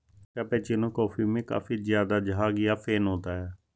cappuccino coffee में काफी ज़्यादा झाग या फेन होता है